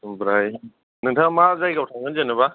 ओमफ्राय नोंथाङा मा जायगायाव थांगोन जेनोबा